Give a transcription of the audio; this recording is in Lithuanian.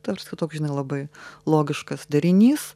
tarsi toks žinai labai logiškas derinys